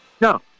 No